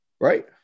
right